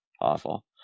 awful